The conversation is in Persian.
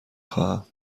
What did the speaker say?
خواهم